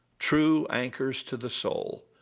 true anchors to the soul,